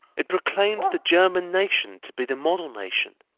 it proclaimed the german nation to be the model nation,